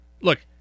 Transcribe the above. Look